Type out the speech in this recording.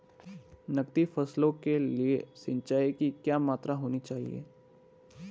नकदी फसलों के लिए सिंचाई की क्या मात्रा होनी चाहिए?